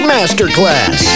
Masterclass